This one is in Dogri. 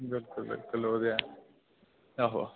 बिलकुल बिलकुल ओह् ते ऐ आहो आहो